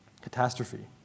Catastrophe